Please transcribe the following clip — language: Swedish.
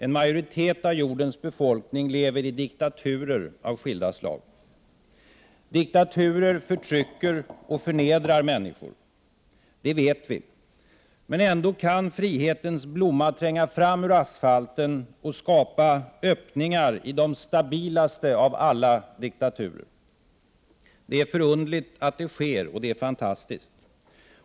En majoritet av jordens befolkning lever i diktaturer av skilda slag. Diktaturer förtrycker och förnedrar människor. Det vet vi. Men ändå kan frihetens blomma tränga fram ur asfalten och skapa öppningar i de stabilaste av alla diktaturer. Det är förunderligt att det sker, och det är fantastiskt.